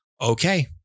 Okay